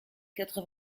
quatre